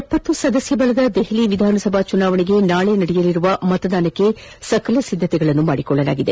ಎಪ್ಪತ್ತು ಸದಸ್ಯ ಬಲದ ದೆಹಲಿ ವಿಧಾನಸಭಾ ಚುನಾವಣೆಗೆ ನಾಳೆ ನಡೆಯಲಿರುವ ಮತದಾನಕ್ಕೆ ಸಕಲ ಸಿದ್ದತೆಗಳನ್ನೂ ಮಾಡಿಕೊಳ್ಳಲಾಗಿದೆ